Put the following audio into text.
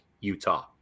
Utah